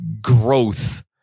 growth